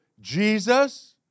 Jesus